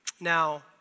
Now